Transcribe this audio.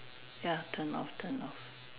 ya turn off turn off